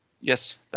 yes